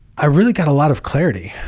i really got a lot of clarity,